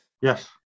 yes